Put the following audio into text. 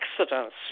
accidents